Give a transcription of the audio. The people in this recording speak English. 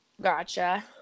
Gotcha